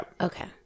Okay